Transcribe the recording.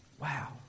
wow